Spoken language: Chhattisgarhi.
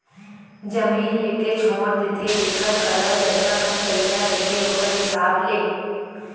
जमीन लेके छोड़ देथे जेखर करा जतका कन पइसा रहिथे ओखर हिसाब ले